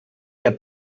der